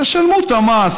תשלמו את המס.